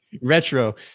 Retro